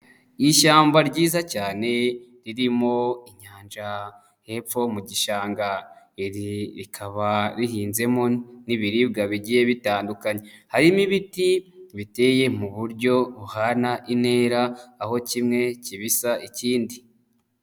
Ishyamba ryiza cyane ririmo inyanja hepfo mu gishanga. Iri rikaba rihinzemo n'ibiribwa bigiye bitandukanye. Harimo ibiti biteye mu buryo buhana intera, aho kimwe kibisa ikindi.